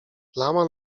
plama